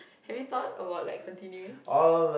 have you thought about like continuing